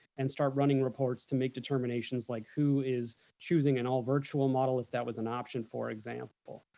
and start running reports to make determinations like who is choosing an all virtual model if that was an option, for example,